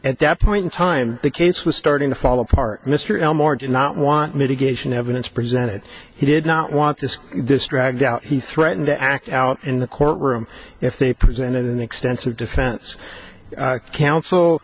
at that point in time the case was starting to fall apart mr elmore did not want mitigation evidence presented he did not want to see this dragged out he threatened to act out in the courtroom if they presented an extensive defense counsel